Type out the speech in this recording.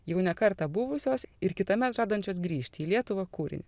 jau ne kartą buvusios ir kitąmet žadančios grįžti į lietuvą kūrinį